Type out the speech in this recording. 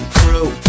crew